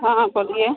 हाँ बोलिए